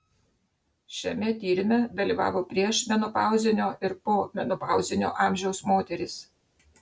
šiame tyrime dalyvavo priešmenopauzinio ir pomenopauzinio amžiaus moterys